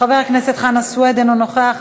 חבר הכנסת חנא סוייד, אינו נוכח.